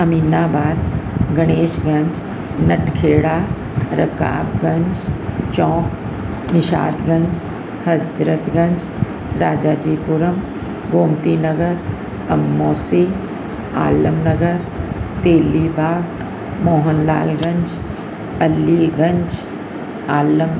Aminabad Ganeshganj Natkhera Rakabganj Chowk Nishadganj Hazratganj Rajaji Puram Gomti Nagar Amausi Alam Nagar Telibagh Mohanlalganj Aliganj Alam